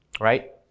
right